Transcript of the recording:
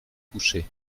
couché